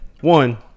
One